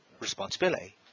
responsibility